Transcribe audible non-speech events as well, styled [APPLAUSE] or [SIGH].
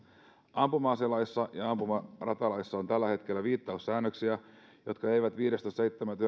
ampuma aselaissa ja ampumaratalaissa on tällä hetkellä viittaussäännöksiä jotka eivät viidestoista seitsemättä [UNINTELLIGIBLE]